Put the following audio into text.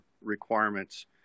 requirements